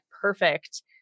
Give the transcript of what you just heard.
perfect